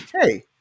hey